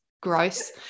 gross